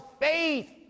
faith